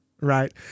right